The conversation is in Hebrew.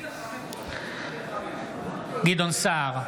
גדעון סער,